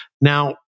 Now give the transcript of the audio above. Now